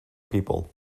people